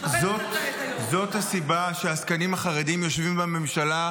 מכבדת את --- זו הסיבה שהעסקנים החרדים יושבים בממשלה,